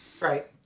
Right